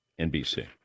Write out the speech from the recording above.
NBC